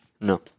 No